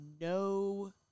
no